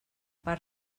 per